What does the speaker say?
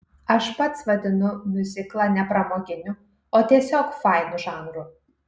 aš pats vadinu miuziklą ne pramoginiu o tiesiog fainu žanru